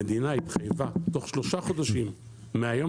המדינה התחייבה תוך שלושה חודשים מהיום